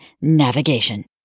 navigation